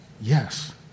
Yes